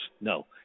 No